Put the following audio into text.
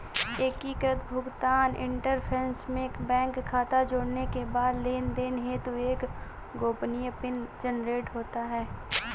एकीकृत भुगतान इंटरफ़ेस में बैंक खाता जोड़ने के बाद लेनदेन हेतु एक गोपनीय पिन जनरेट होता है